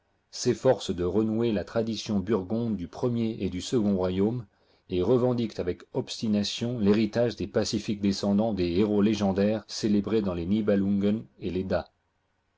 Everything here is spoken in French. s'efforcent de renouer la tradition burgonde du premier et du second royaume et revendiquent avec obstination l'héritage des pacifiques descendants des héros légendaires célébrés dans les nîebcîuagen et